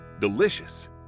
delicious